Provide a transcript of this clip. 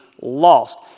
lost